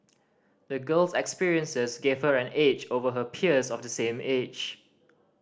the girl's experiences gave her an edge over her peers of the same age